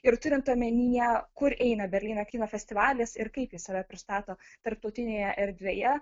ir turint omenyje kur eina berlyno kino festivalis ir kaip jis save pristato tarptautinėje erdvėje